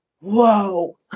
Whoa